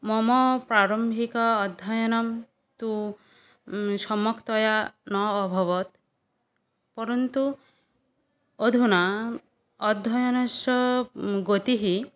मम प्रारम्भिक अध्ययनं तु सम्यक्तया न अभवत् परन्तु अधुना अध्ययनस्य गतिः